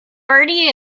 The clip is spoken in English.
bertie